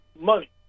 money